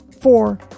four